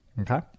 okay